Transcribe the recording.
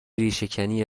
ریشهکنی